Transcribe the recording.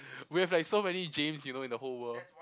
we have like so many James you know in the whole world